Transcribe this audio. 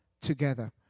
together